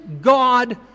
God